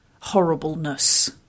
horribleness